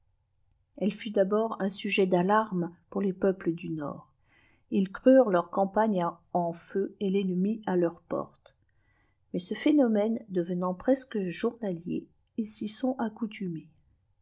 elle fut d'abord un sujet d'alarmes pour les peuples du nord ils crurent leurs campagnes en feu et l'ennemi à leur porte mais ce phénomène devenant presque journalier ils s'y sont accoutumés